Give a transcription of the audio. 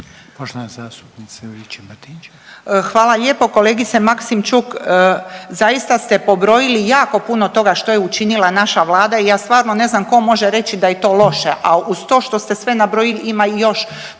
**Juričev-Martinčev, Branka (HDZ)** Hvala lijepo kolegice Maksimčuk, zaista ste pobrojili jako puno toga što je učinila naša vlada i ja stvarno ne znam tko može reći da je to loše, a uz to što ste sve nabrojili ima i još